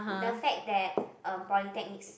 the fact that um polytechnics